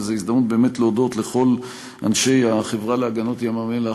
וזו הזדמנות להודות לכל אנשי החברה להגנות ים-המלח